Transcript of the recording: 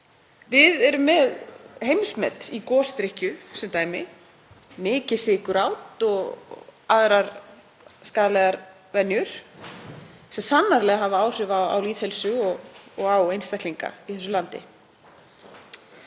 Við erum með heimsmet í gosdrykkju sem dæmi, mikið sykurát og aðrar skaðlegar venjur sem sannarlega hafa áhrif á lýðheilsu og á einstaklinga í þessu landi.